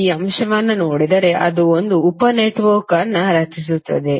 ಈ ಅಂಶವನ್ನು ನೋಡಿದರೆ ಅದು ಒಂದು ಉಪ ನೆಟ್ವರ್ಕ್ ಅನ್ನು ರಚಿಸುತ್ತದೆ